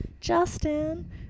Justin